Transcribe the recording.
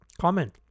comment